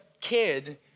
kid